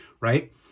right